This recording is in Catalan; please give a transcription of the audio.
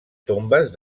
tombes